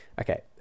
Okay